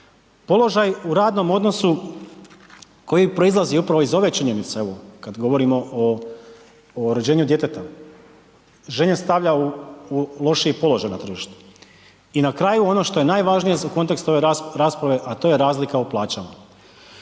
položaj u radnom odnosu koji proizlazi upravo iz ove činjenice, evo kad govorimo o, o rođenju djeteta, žene stavlja u, u lošiji položaj na tržištu. I na kraju ono što je najvažnije za kontekst ove rasprave, a to je razlika u plaćama.